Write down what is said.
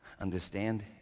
Understand